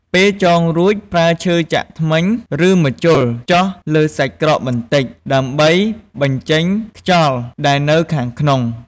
ពេលចងរួច ប្រើឈើចាក់ធ្មេញ ឬម្ជុលចោះលើសាច់ក្រកបន្តិច ដើម្បីបញ្ចេញខ្យល់ដែលនៅខាងក្នុង។